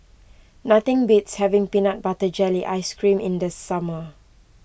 nothing beats having Peanut Butter Jelly Ice Cream in the summer